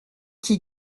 qui